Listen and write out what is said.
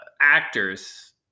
actors